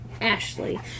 Ashley